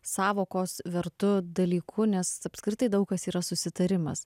sąvokos vertu dalyku nes apskritai daug kas yra susitarimas